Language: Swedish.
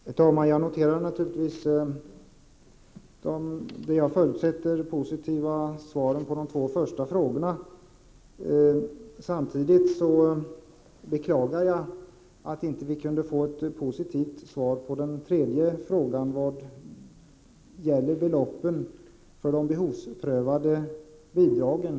Herr talman! Jag noterar naturligtvis de som jag förutsätter positiva svaren på de två första frågorna. Samtidigt beklagar jag att vi inte kunde få ett positivt svar också på den tredje frågan, om beloppen för de behovsprövade bidragen.